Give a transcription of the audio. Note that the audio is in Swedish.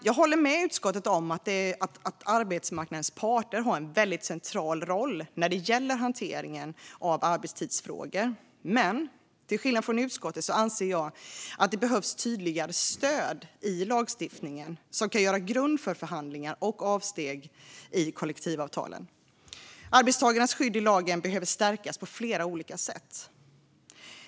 Jag håller med utskottet om att arbetsmarknadens parter har en väldigt central roll när det gäller hanteringen av arbetstidsfrågor, men till skillnad från utskottet anser jag att det behövs tydligare stöd i lagstiftningen som kan utgöra grund för förhandlingar och avsteg från kollektivavtalen. Arbetstagarnas skydd i lagen behöver stärkas på flera olika sätt.